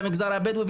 למגזר הבדואי,